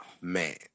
Man